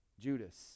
judas